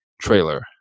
trailer